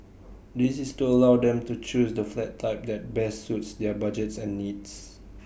this is to allow them to choose the flat type that best suits their budgets and needs